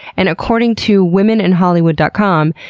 and according to womenandhollywood dot com,